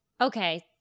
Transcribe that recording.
Okay